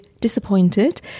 disappointed